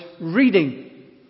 reading